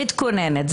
מתכוננת.